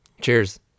Cheers